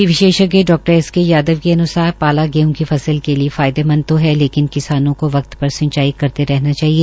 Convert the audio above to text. कृषि विशेषज्ञ डा एस के यादव के अन्सार पाला गेहूं की फसल के फायदेमंद है लेकिन किसानों को वक्त पर सिंचाई करते रहना चाहिए